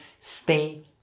Stay